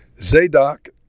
Zadok